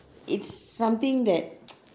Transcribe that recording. it's something that